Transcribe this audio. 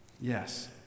Yes